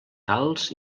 calç